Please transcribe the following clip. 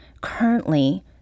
currently